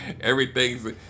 everything's